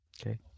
Okay